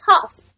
tough